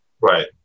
Right